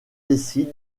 décide